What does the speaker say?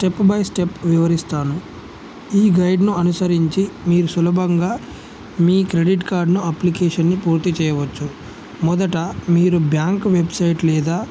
step by step వివరిస్తాను ఈ గైడ్ను అనుసరించి మీరు సులభంగా మీ క్రెడిట్ కార్డును అప్లికేషన్ని పూర్తి చేయవచ్చు మొదట మీరు బ్యాంక్ వెబ్సైట్ లేదా